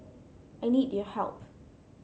I need your help